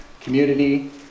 community